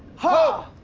ho!